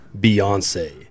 Beyonce